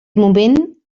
moment